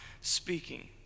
speaking